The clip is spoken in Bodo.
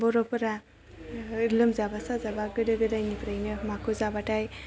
बर'फोरा लोमजाबा साजाबा गोदो गोदायनिफ्रायनो माखौ जाबाथाय